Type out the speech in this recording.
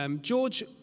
George